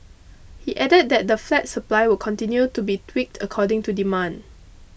he added that the flat supply will continue to be tweaked according to demand